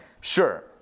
Sure